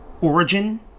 origin